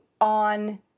on